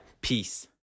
Peace